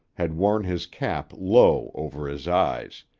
had worn his cap low over his eyes,